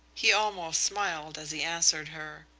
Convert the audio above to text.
he almost smiled as he answered her.